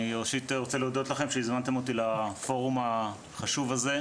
אני רוצה להודות לכם שהזמנתם אותי לפורום החשוב הזה.